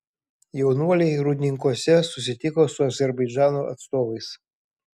jaunuoliai rūdninkuose susitiko su azerbaidžano atstovais